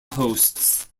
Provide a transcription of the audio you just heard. hosts